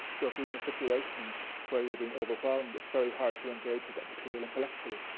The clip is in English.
so, if we were in a situation where you're being overwhelmed, it's very hard to engage with that material intellectually.